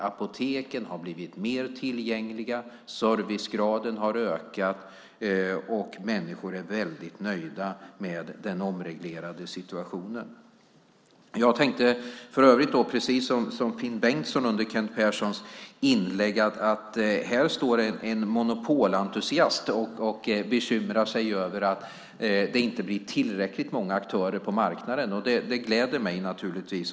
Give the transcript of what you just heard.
Apoteken har blivit mer tillgängliga, servicegraden har ökat och människor är väldigt nöjda med den omreglerade situationen. Jag tänkte för övrigt, precis som Finn Bengtsson under Kent Perssons inlägg, att här står en monopolentusiast och bekymrar sig över att det inte blir tillräckligt många aktörer på marknaden. Det gläder mig naturligtvis.